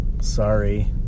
Sorry